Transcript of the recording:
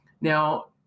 Now